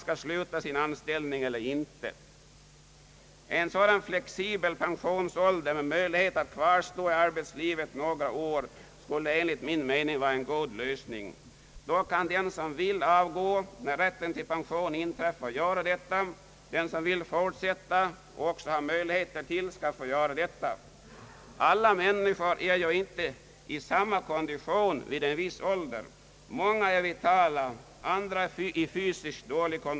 Innan dess kan deras sak inte avgöras hos fiskevärderingsnämnden.